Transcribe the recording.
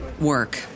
work